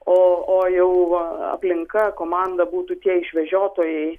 o o jau aplinka komanda būtų tie išvežiotojai